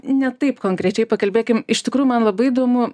ne taip konkrečiai pakalbėkim iš tikrųjų man labai įdomu